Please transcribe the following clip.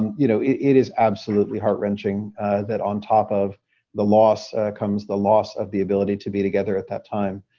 you know it it is absolutely heart wrenching that on top of the loss comes the loss of the ability to be together at that time.